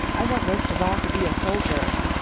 i want most of all to be a soldier.